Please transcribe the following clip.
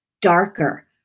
darker